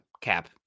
cap